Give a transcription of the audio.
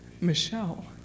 Michelle